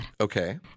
Okay